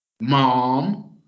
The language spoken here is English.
Mom